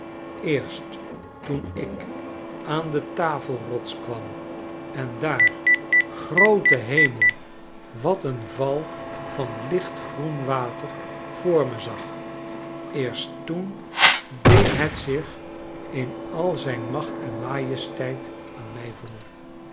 eerst toen ik aan de tafelrots kwam en daar groote hemel wat n val van licht groen water voor me zagi eerst toen deed het zich in al zijn macht en majesteit aan mij voor